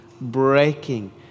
breaking